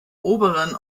oberen